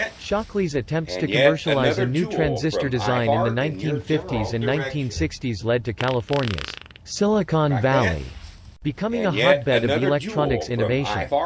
shockley's attempts to commercialize a new transistor design in the nineteen fifty s and nineteen sixty s led to california's silicon valley becoming a hotbed of electronics innovation.